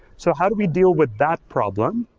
so how do we deal with that problem?